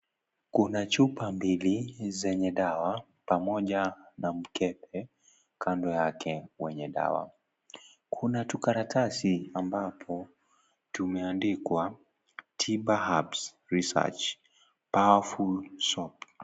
Kuna chupa mbili, zenye dawa pqmoja na mkebe, kando yake wenye dawa, kuna tukaratasi, ambapo, tumeandikwa, (cs)tiba herbs research, powerful soap(cs).